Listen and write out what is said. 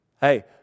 hey